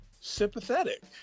sympathetic